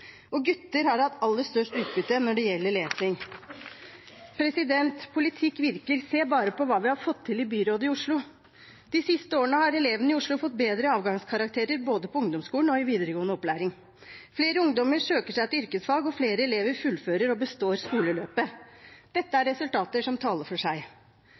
og gutter har hatt aller størst utbytte når det gjelder lesing. Politikk virker, se bare på hva vi har fått til i byrådet i Oslo. De siste årene har elevene i Oslo fått bedre avgangskarakterer både på ungdomsskolen og i videregående opplæring. Flere ungdommer søker seg til yrkesfag, og flere elever fullfører og består skoleløpet. Dette er resultater som taler for seg